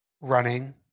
running